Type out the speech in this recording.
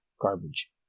garbage